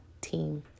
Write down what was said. team